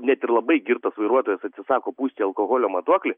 net ir labai girtas vairuotojas atsisako pūst į alkoholio matuoklį